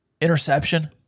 interception